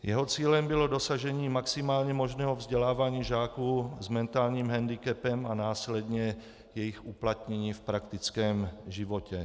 Jeho cílem bylo dosažení maximálně možného vzdělávání žáků s mentálním hendikepem a následně jejich uplatnění v praktickém životě.